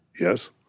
yes